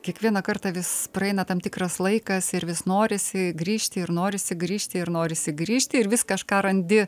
kiekvieną kartą vis praeina tam tikras laikas ir vis norisi grįžti ir norisi grįžti ir norisi grįžti ir vis kažką randi